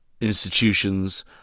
institutions